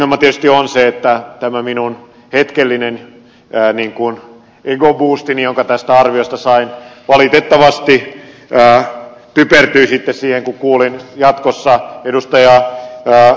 ongelma tietysti on se että tämä minun hetkellinen ikään kuin egoboostini jonka tästä arviosta sain valitettavasti typertyi sitten siihen kun kuulin jatkossa ed